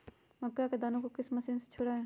मक्का के दानो को किस मशीन से छुड़ाए?